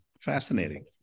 Fascinating